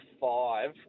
five